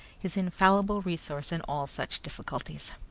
his infallible resource in all such difficulties.